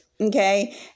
Okay